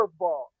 curveball